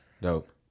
Dope